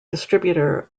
distributor